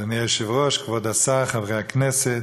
אדוני היושב-ראש, כבוד השר, חברי הכנסת,